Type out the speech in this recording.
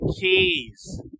Keys